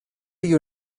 you